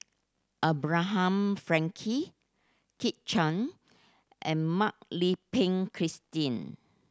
Abraham Frankel Kit Chan and Mak Lai Peng Christine